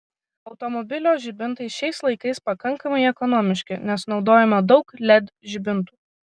automobilio žibintai šiais laikais pakankamai ekonomiški nes naudojama daug led žibintų